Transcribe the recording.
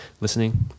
listening